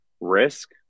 risk